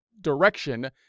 direction